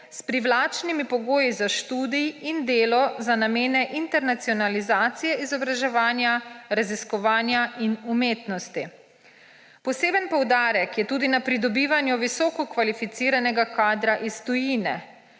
s privlačnimi pogoji za študij in delo za namene internacionalizacije izobraževanja, raziskovanja in umetnosti. Poseben poudarek je tudi na pridobivanju visokokvalificiranega kadra iz tujine.